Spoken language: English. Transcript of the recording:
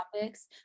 topics